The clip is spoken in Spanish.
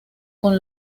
con